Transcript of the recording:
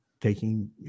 taking